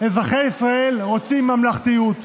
אזרחי ישראל רוצים ממלכתיות,